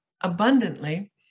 abundantly